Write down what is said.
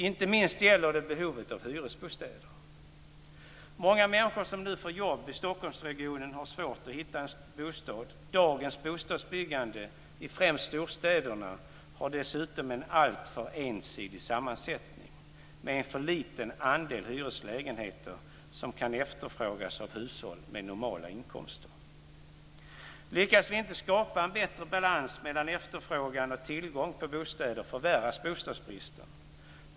Inte minst gäller det behovet av hyresbostäder. Många människor som nu får jobb i Stockholmsregionen har svårt att hitta en bostad. Dagens bostadsbyggande i främst storstäderna har dessutom en alltför ensidig sammansättning med en för liten andel hyreslägenheter som kan efterfrågas av hushåll med normala inkomster. Lyckas vi inte skapa en bättre balans mellan efterfrågan och tillgång på bostäder förvärras bostadsbristen.